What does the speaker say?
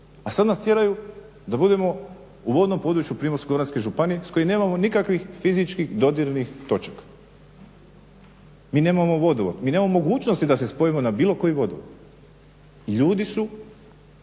a sad nas tjeraju da budemo u vodnom području Primorsko-goranske županije s kojom nemamo nikakvih fizičkih dodirnih točaka. Mi nemamo vodovod, mi nemamo mogućnosti da se spojimo na bilo koji vodovod. Ljudi su